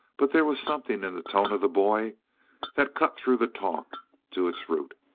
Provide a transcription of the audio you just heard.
but there was something in the tone of the boy that cut through the talk to its root.